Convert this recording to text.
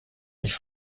ich